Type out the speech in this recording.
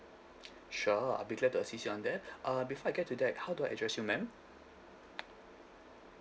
sure I'll be glad to assist on that uh before I get to that how do I address you ma'am